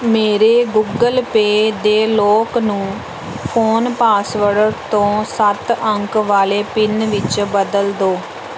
ਮੇਰੇ Google Pay ਦੇ lock ਨੂੰ ਫ਼ੋਨ ਪਾਸਵਰਡ ਤੋਂ ਸੱਤ ਅੰਕ ਵਾਲੇ ਪਿੰਨ ਵਿੱਚ ਬਦਲ ਦਿਓ